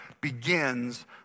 begins